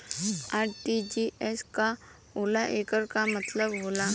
RTGS का होला एकर का मतलब होला?